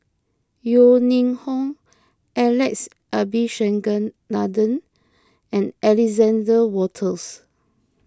Yeo Ning Hong Alex Abisheganaden and Alexander Wolters